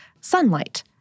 sunlight